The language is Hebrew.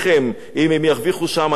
אני מדבר על השדרנים הבכירים.